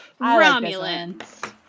Romulans